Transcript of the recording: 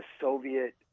Soviet